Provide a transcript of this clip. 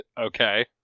Okay